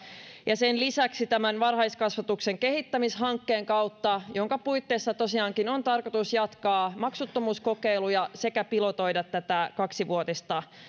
ja sen lisäksi tämän varhaiskasvatuksen kehittämishankkeen kautta jonka puitteissa tosiaankin on tarkoitus jatkaa maksuttomuuskokeiluja sekä pilotoida tätä kaksivuotista